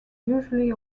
usually